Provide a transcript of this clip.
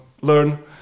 learn